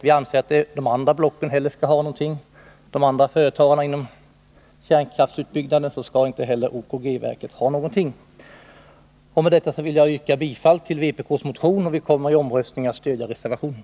Vi anser att inte heller de övriga företagen inom kärnkraftsutbyggnaden skall ha någon ersättning, Med detta vill jag yrka bifall till vpk:s motion. Vi kommer vid omröstningen att stödja reservationen.